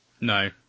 No